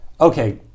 Okay